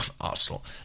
Arsenal